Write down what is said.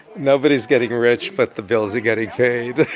nobody's getting rich but the bills are getting paid,